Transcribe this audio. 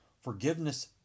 Forgiveness